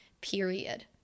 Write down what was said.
period